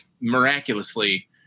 miraculously